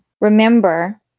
Remember